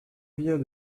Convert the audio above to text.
viens